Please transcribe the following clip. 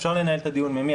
אפשר לנהל את הדיון ממי.